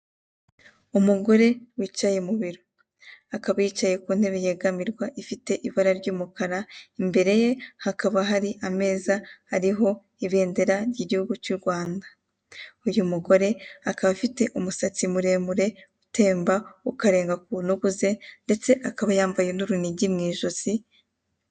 Umugore wicaye mu biro, akaba yicaye ku ntebe yegamirwa ifite ibara ry'umukara, imbere ye hakaba hari ameza ariho ibendera ry'igihugu cy'u Rwanda, uyu mugore akaba afite umusatsi muremure utemba ukarenga ku ntugu ze ndetse akaba yambaye n'urunigi mu ijosi.